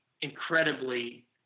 incredibly